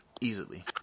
easily